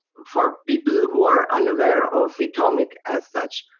for people who are unaware of datomic as such,